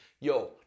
Yo